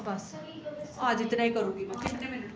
बस आज इतना ही करो